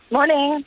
Morning